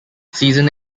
season